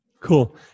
Cool